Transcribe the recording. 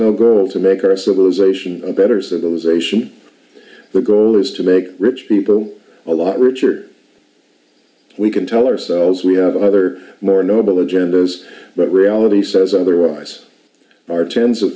no girl to make our civilization a better so those ration the goal is to make rich people a lot richer we can tell ourselves we have other more noble genders but reality says otherwise are tens of